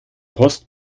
post